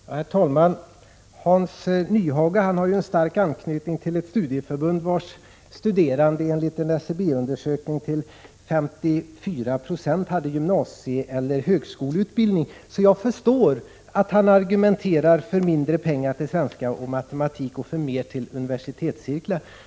Herr talman! Hans Nyhage har en stark anknytning till ett studieförbund, vars studerande enligt en SCB-undersökning till 54 96 har gymnasieeller högskoleutbildning, så jag förstår att han argumenterar för mindre pengar till svenska och matematik och för mer till universitetscirklar.